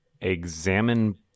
Examine